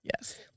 Yes